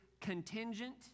contingent